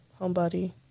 Homebody